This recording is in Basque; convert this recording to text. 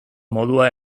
modua